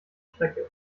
strecke